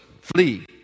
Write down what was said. flee